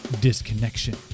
disconnection